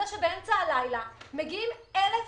שבאמצע הלילה הגיעו 1,000